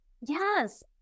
Yes